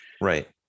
right